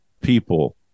people